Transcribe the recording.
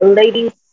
ladies